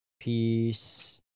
Peace